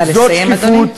נא לסיים, אדוני.